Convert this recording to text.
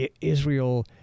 Israel